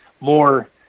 more